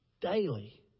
daily